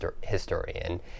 historian